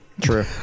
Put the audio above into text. True